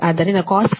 ಆದ್ದರಿಂದ cos 0